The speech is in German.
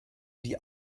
die